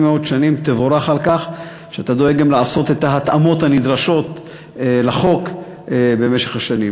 תבורך על כך שאתה דואג גם לעשות את ההתאמות הנדרשות לחוק במשך השנים.